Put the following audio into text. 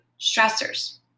stressors